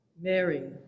Mary